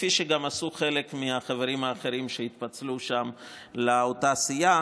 כפי שגם עשו חלק מהחברים האחרים שהתפצלו שם לאותה הסיעה.